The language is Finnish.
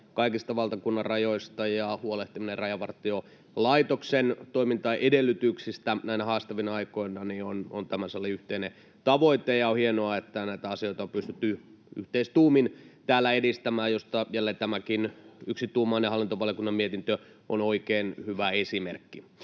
kaikista valtakunnanrajoista ja huolehtiminen Rajavartiolaitoksen toimintaedellytyksistä näinä haastavina aikoina on tämän salin yhteinen tavoite, ja on hienoa, että näitä asioita on pystytty yhteistuumin täällä edistämään, mistä jälleen tämäkin yksituumainen hallintovaliokunnan mietintö on oikein hyvä esimerkki.